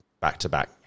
back-to-back